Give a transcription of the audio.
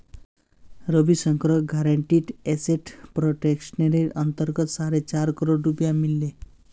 रविशंकरक guaranteed asset प्रोटेक्शनेर अंतर्गत साढ़े चार करोड़ रुपया मिल ले